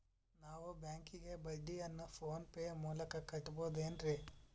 ನಾವು ಬ್ಯಾಂಕಿಗೆ ಬಡ್ಡಿಯನ್ನು ಫೋನ್ ಪೇ ಮೂಲಕ ಕಟ್ಟಬಹುದೇನ್ರಿ?